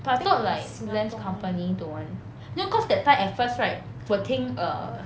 but I thought like lens company don't want no cause that time at first right 我听 err